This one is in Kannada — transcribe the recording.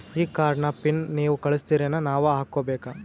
ಈ ಕಾರ್ಡ್ ನ ಪಿನ್ ನೀವ ಕಳಸ್ತಿರೇನ ನಾವಾ ಹಾಕ್ಕೊ ಬೇಕು?